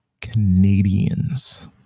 Canadians